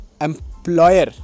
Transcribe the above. employer